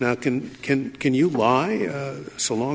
now can can can you why so long